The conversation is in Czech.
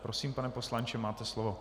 Prosím, pane poslanče, máte slovo.